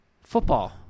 Football